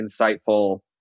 insightful